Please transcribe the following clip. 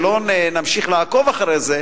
שלא נמשיך לעקוב אחרי זה.